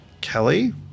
Kelly